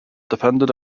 defended